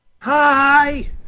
Hi